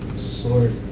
sort